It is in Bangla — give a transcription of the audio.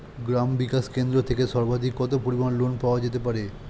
গ্রাম বিকাশ কেন্দ্র থেকে সর্বাধিক কত পরিমান লোন পাওয়া যেতে পারে?